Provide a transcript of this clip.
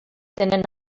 tenen